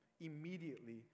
immediately